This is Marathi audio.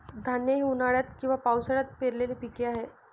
धान हे उन्हाळ्यात किंवा पावसाळ्यात पेरलेले पीक आहे